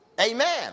Amen